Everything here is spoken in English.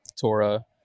Torah